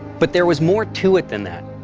but there was more to it than that.